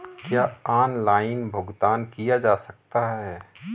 क्या ऑनलाइन भुगतान किया जा सकता है?